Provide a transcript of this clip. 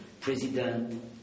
president